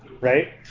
Right